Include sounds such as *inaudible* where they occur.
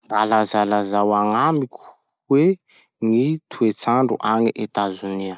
Mba lazalazao agnamiko *hesitation* hoe gny toetsandro agny Etazonia?